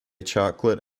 chocolate